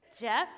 Jeff